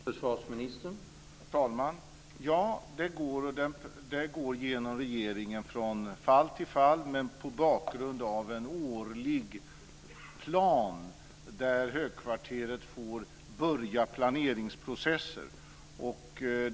Herr talman! Ja, det går genom regeringen från fall till fall men mot bakgrund av en årlig plan där högkvarteret får börja planeringsprocessen.